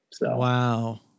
Wow